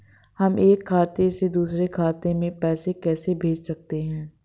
हम एक खाते से दूसरे खाते में पैसे कैसे भेज सकते हैं?